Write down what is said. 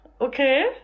Okay